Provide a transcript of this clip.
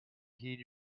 heed